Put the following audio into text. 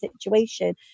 situation